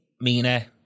Mina